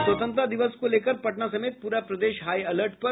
और स्वतंत्रता दिवस को लेकर पटना समेत पूरा प्रदेश हाई अलर्ट पर